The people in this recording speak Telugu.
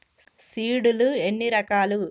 సీడ్ లు ఎన్ని రకాలు?